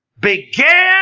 began